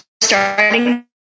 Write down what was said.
starting